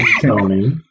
Tony